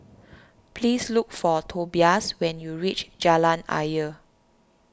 please look for Tobias when you reach Jalan Ayer